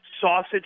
sausage